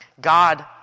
God